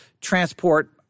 transport